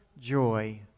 Joy